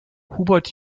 hubert